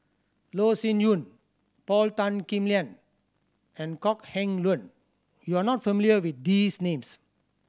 Loh Sin Yun Paul Tan Kim Liang and Kok Heng Leun you are not familiar with these names